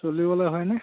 চলিবলৈ হয়নে